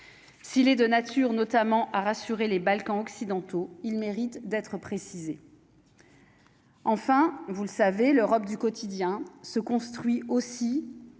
s'il est de nature notamment à rassurer les Balkans occidentaux, il mérite d'être précisée. Enfin, vous le savez, l'Europe du quotidien se construit aussi